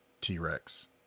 T-Rex